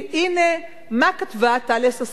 הנה, מה כתבה טליה ששון.